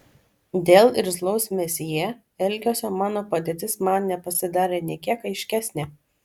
dėl irzlaus mesjė elgesio mano padėtis man nepasidarė nė kiek aiškesnė